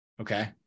Okay